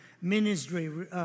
ministry